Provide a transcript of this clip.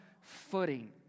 footing